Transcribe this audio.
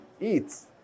Eats